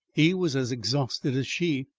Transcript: he was as exhausted as she,